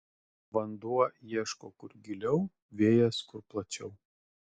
vanduo ieško kur giliau vėjas kur plačiau